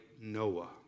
Noah